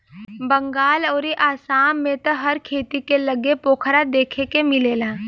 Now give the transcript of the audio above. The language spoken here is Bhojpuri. बंगाल अउरी आसाम में त हर खेत के लगे पोखरा देखे के मिलेला